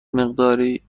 مقداری